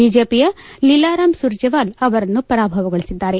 ಬಿಜೆಪಿಯ ಲೀಲಾರಾಮ್ ಸುರ್ಜೆವಾಲ ಅವರನ್ನು ಪರಾಭವಗೊಳಿಸಿದ್ದಾರೆ